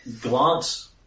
Glance